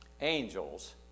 angels